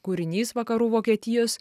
kūrinys vakarų vokietijos